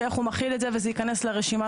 איך הוא מחיל את זה וזה ייכנס לרשימת